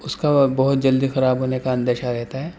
اس کا با بہت جلدی خراب ہونے کا اندیشہ رہتا ہے